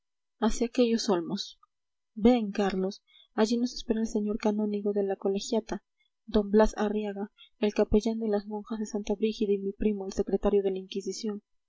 hacia aquellos olmos ven carlos allí nos espera el señor canónigo de la colegiata d blas arriaga el capellán de las monjas de santa brígida y mi primo el secretario de la inquisición